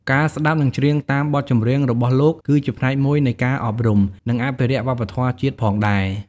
ការស្ដាប់ និងច្រៀងតាមបទចម្រៀងរបស់លោក គឺជាផ្នែកមួយនៃការអប់រំ និងអភិរក្សវប្បធម៌ជាតិផងដែរ ។